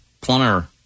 plumber